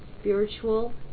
spiritual